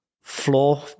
floor